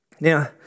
Now